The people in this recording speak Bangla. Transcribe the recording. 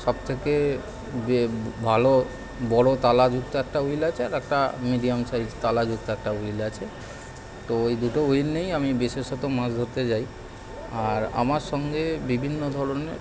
সব থেকে যে ভালো বড় তালাযুক্ত একটা হুইল আছে আর একটা মিডিয়াম সাইজ তালাযুক্ত একটা হুইল আছে তো ওই দুটো হুইল নিয়েই আমি বিশেষত মাছ ধরতে যাই আর আমার সঙ্গে বিভিন্ন ধরনের